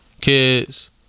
Kids